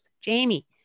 Jamie